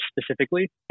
specifically